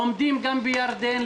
גם בירדן.